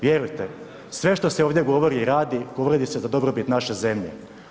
Vjerujte, sve što se ovdje govori i radi, govori se za dobrobit naše zemlje.